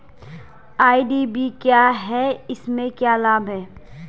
IDV क्या है इसमें क्या लाभ है?